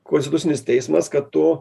konstitucinis teismas kad tu